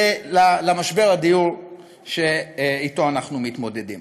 למשבר הדיור שאתו אנחנו מתמודדים.